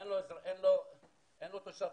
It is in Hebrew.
אין לו תושבות.